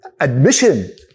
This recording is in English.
Admission